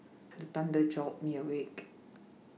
the thunder jolt me awake